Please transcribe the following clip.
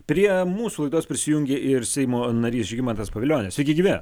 prie mūsų laidos prisijungė ir seimo narys žygimantas pavilionis sveiki gyvi